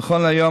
נכון להיום,